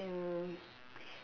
um